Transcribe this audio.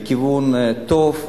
לכיוון טוב.